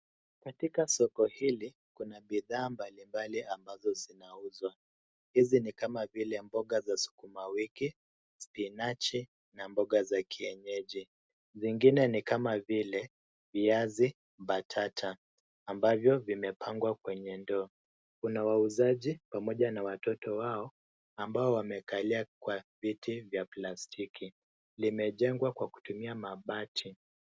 Katika soko hili, kuna bidhaa mbalimbali ambazo zinauzwa hizi ni kama vile mboga za sukumawiki, spinachi na mboga za kienyeji zingine ni kama vile viazi mbatata ambavyo vimepangwa kwenye ndoo. Kuna wauzaji pamoja na watoto wao ambao wamekalia kwa viti vya plastiki. Limejengwa kwa kutumia mabati.